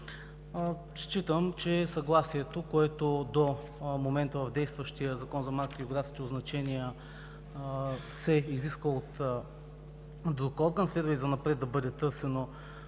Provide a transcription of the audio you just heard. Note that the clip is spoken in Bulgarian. Считам, че съгласието, което до момента в действащия Закон за марките и географските означения се изисква от друг орган, следва и занапред да бъде търсено